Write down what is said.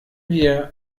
wir